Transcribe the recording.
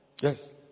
Yes